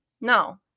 No